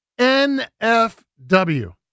NFW